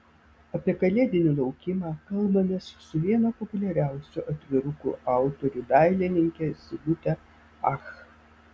apie kalėdinį laukimą kalbamės su viena populiariausių atvirukų autorių dailininke sigute ach